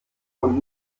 und